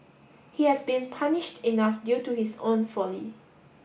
he has been punished enough due to his own folly